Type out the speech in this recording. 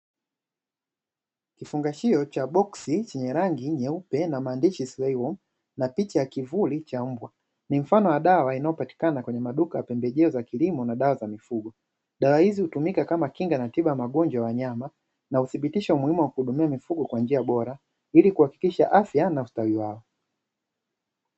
Kifungashio cha boksi chenye rangi nyeupe na maandishi "sileiu" na picha ya kivuli cha mbwa. Ni mfano wa dawa inayopatikana katika maduka ya pembejeo za kilimo na dawa za mifugo. Dawa hizi hutumika kama Kinga na tiba ya magonjwa ya wanyama na huthibitisha umuhimu wa kuhudumia mifugo kwa njia bora ili kuhakikisha afya na ustawi wao.